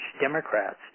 Democrats